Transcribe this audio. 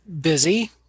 busy